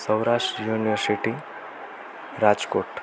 Saurashtra University Rajkot